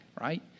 right